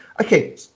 okay